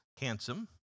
handsome